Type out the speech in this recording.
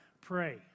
pray